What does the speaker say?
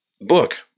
book